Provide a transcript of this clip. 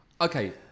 Okay